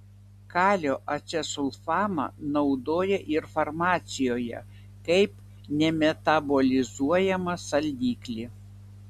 kalio acesulfamą naudoja ir farmacijoje kaip nemetabolizuojamą saldiklį